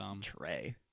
Trey